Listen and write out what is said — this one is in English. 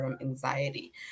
anxiety